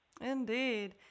Indeed